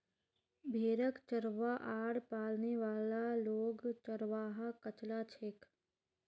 भेड़क चरव्वा आर पालने वाला लोग चरवाहा कचला छेक